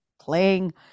playing